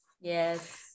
yes